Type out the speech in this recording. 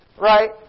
Right